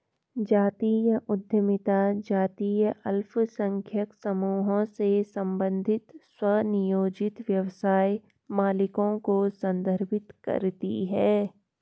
जातीय उद्यमिता जातीय अल्पसंख्यक समूहों से संबंधित स्वनियोजित व्यवसाय मालिकों को संदर्भित करती है